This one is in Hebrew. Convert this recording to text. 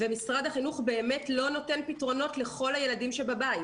משרד החינוך באמת לא נותן פתרונות לכל הילדים שבבית.